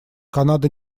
канада